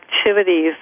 activities